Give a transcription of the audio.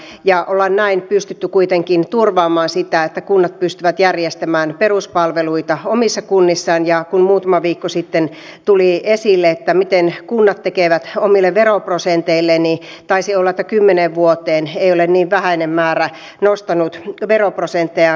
lentoliikenteestä haluan vielä todeta sen että olisi tärkeää että valtiovalta voisi nyt antaa semmoisen kehittämisrauhan ja tavallaan poliittisen selkänojan eri alueille ja seuduille itse kehittää sitä lentokenttätoimintaa ilman pelkoa että jossain vaiheessa kenttiä menisi alas